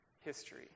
history